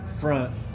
front